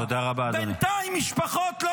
בינתיים משפחות לא